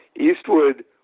Eastwood